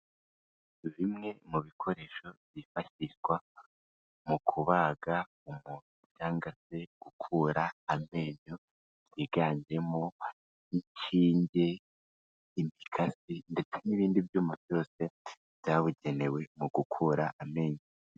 Bimwe mu bikoresho byifashishwa mu kubaga umuntu cyangwa se gukura amenyo byiganjemo inshinge, imikasi ndetse n'ibindi byuma byose byabugenewe mu gukura amenyo.